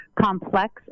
complex